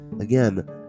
again